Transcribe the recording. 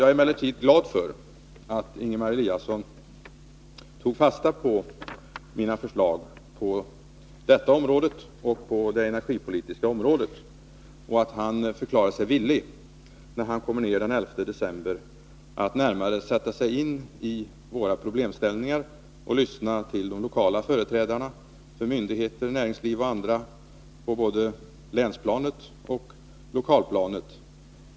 Jag är emellertid glad för att Ingemar Eliasson tog fasta på mina förslag på detta liksom också på det energipolitiska området och för att han förklarade sig villig att när han kommer till oss den 11 december närmare sätta sig in i våra problem och lyssna på företrädarna för myndigheter, näringsliv och andra intressenter, både på länsplanet och på lokalplanet.